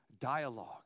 dialogue